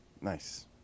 nice